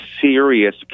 serious